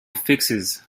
fixes